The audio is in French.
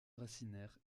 racinaire